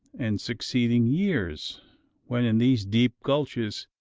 and succeeding years when, in these deep gulches,